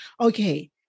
Okay